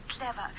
clever